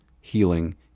healing